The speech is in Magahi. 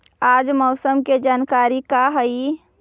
आज मौसम के जानकारी का हई?